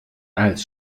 als